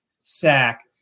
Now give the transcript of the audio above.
sack